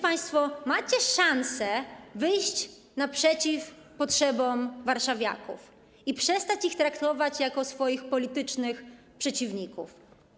Państwo macie szansę wyjść naprzeciw potrzebom warszawiaków i przestać ich traktować jako swoich politycznych przeciwników.